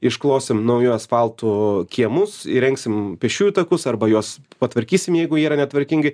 išklosim nauju asfaltu kiemus įrengsim pėsčiųjų takus arba juos patvarkysim jeigu jie yra netvarkingi